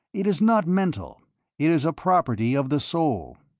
it is not mental it is a property of the soul.